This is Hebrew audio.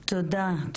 תודה.